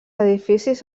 edificis